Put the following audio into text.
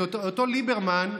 אותו ליברמן,